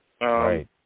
Right